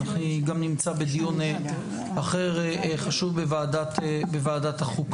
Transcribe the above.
אני גם נמצא בדיון אחר בוועדת החוקה.